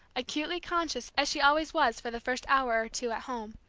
acutely conscious, as she always was for the first hour or two at home,